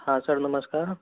हाँ सर नमस्कार